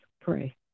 pray